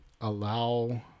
allow